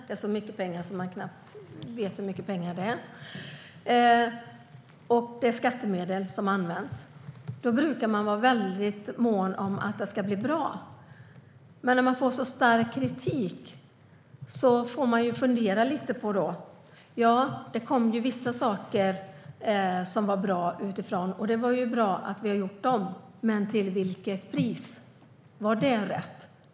Det är så mycket pengar att man knappt vet hur mycket pengar det är, och det är skattemedel som används. Då brukar man vara väldigt mån om att det ska bli bra. När man får så stark kritik får man fundera lite. Det kom vissa saker som var bra utifrån satsningen, och det var bra att vi har gjort dem. Men vill vilket pris skedde det? Var det rätt?